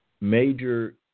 major